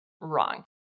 Wrong